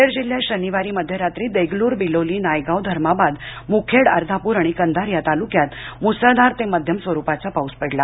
नांदेड जिल्ह्यात शनिवारी मध्यरात्री देगलूर बिलोली नायगाव धर्माबाद मूखेड अर्धापूर आणि कंधार या तालुक्यात मुसळधार ते मध्यम स्वरूपाचा पाऊस पडला